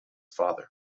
father